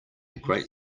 great